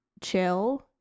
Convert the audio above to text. chill